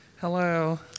Hello